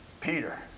Peter